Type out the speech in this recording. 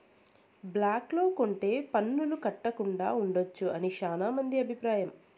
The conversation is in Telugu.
బ్లాక్ లో కొంటె పన్నులు కట్టకుండా ఉండొచ్చు అని శ్యానా మంది అభిప్రాయం